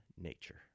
Nature